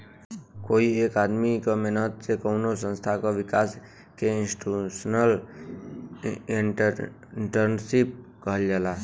कोई एक आदमी क मेहनत से कउनो संस्था क विकास के इंस्टीटूशनल एंट्रेपर्नुरशिप कहल जाला